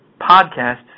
podcasts